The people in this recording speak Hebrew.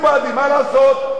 הם לא יצביעו בעדי, מה לעשות.